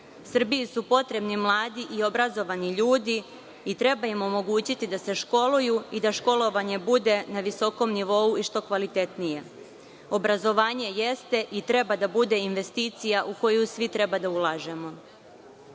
Srbiji su potrebni mladi i obrazovani ljudi i treba im omogućiti da se školuju i da školovanje bude na visokom nivou i što kvalitetnije. Obrazovanje jeste i treba da bude investicija u koju svi treba da ulažemo.U